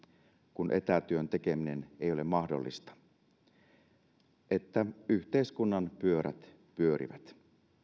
kun etätyön tekeminen ei ole mahdollista niin että yhteiskunnan pyörät pyörivät